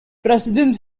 president